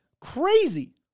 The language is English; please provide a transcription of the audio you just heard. Crazy